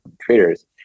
traders